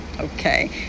Okay